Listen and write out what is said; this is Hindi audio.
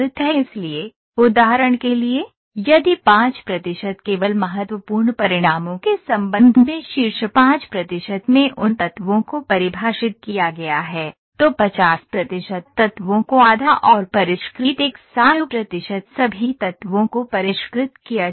इसलिए उदाहरण के लिए यदि 5 प्रतिशत केवल महत्वपूर्ण परिणामों के संबंध में शीर्ष 5 प्रतिशत में उन तत्वों को परिभाषित किया गया है तो 50 प्रतिशत तत्वों को आधा और परिष्कृत 100 प्रतिशत सभी तत्वों को परिष्कृत किया जाता है